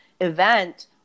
event